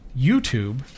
YouTube